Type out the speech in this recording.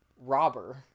robber